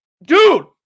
Dude